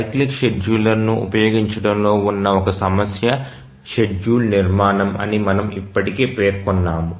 cyclic షెడ్యూలర్ను ఉపయోగించడంలో ఉన్న ఒక సమస్య షెడ్యూల్ నిర్మాణం అని మనము ఇప్పటికే పేర్కొన్నాము